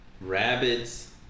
rabbits